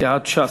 מסיעת ש"ס,